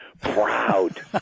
proud